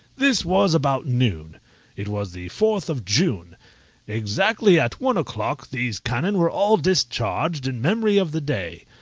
this was about noon it was the fourth of june exactly at one o'clock these cannon were all discharged in memory of the day.